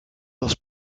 dos